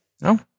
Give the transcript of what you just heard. No